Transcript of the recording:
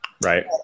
Right